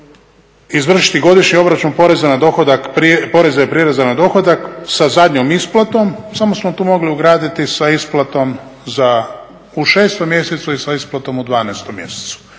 izvršiti godišnji obračun poreza na dohodak, poreza i prireza na dohodak sa zadnjom isplatom. Samo smo tu mogli ugraditi sa isplatom u šestom mjesecu i sa isplatom u dvanaestom mjesecu.